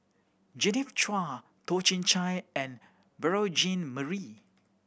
Genevieve Chua Toh Chin Chye and Beurel Jean Marie